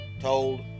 told